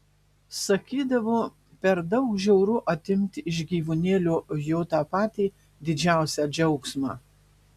sakydavo per daug žiauru atimti iš gyvūnėlio jo patį didžiausią džiaugsmą